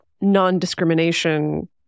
non-discrimination